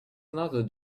another